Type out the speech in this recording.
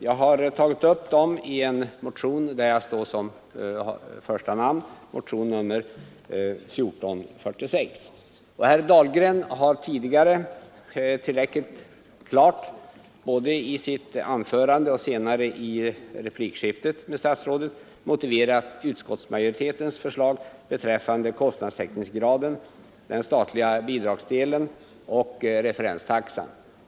Jag har tagit upp dem i en motion där jag står som första namn, motionen 1446. Herr Dahlgren har tidigare tillräckligt klart — både i sitt anförande och senare i replikskiftet med statsrådet — motiverat utskottsmajoritetens förslag beträffande kostnadstäckningsgraden, den statliga bidragsdelen och referenstaxan.